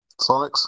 Sonics